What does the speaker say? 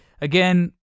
Again